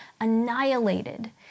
annihilated